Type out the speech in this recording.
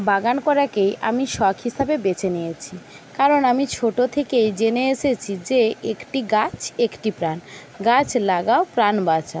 বাগান করাকেই আমি শখ হিসাবে বেছে নিয়েছি কারণ আমি ছোটো থেকেই জেনে এসেছি যে একটি গাছ একটি প্রাণ গাছ লাগাও প্রাণ বাঁচাও